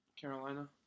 Carolina